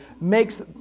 makes